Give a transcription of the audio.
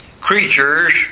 creatures